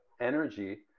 energy